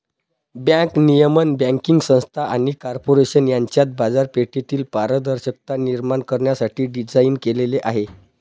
bank नियमन banking संस्था आणि कॉर्पोरेशन यांच्यात बाजारपेठेतील पारदर्शकता निर्माण करण्यासाठी डिझाइन केलेले आहे